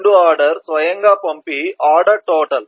2 order స్వయంగా పంపే order total